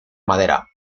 madera